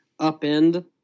upend